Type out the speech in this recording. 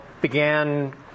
began